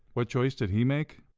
what choice did he make?